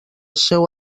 seu